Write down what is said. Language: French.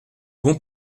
bon